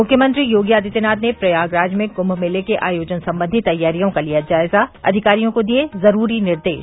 मुख्यमंत्री योगी आदित्यनाथ ने प्रयागराज में कुम्म मेले के आयोजन सम्बन्धी तैयारियों का लिया जायजा अधिकारियों को दिये ज़रूरी निर्देश